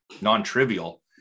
non-trivial